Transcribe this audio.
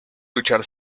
luchar